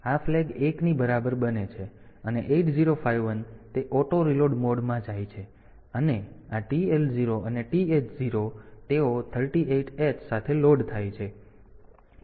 તેથી આ ફ્લેગ 1 ની બરાબર બને છે અને 8051 તે ઓટો રીલોડ મોડમાં જાય છે અને આ TL0 અને TH0 તેઓ 38 h સાથે લોડ થાય છે